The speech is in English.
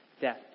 death